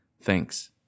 thanks